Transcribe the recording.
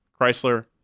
Chrysler